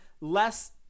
less